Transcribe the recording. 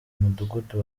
mudugudu